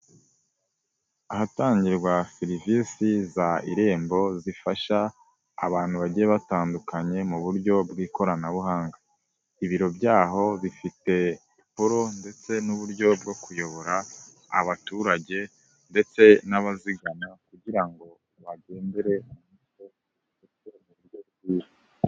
Ahatangirwa serivisi za irembo zifasha abantu bagiye batandukanye mu buryo bw'ikoranabuhanga. Ibiro byaho bifite poro ndetse n'uburyo bwo kuyobora abaturage ndetse n'abazigama kugira ngo bagendere.